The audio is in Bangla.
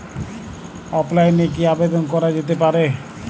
অফলাইনে কি আবেদন করা যেতে পারে?